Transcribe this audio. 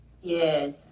yes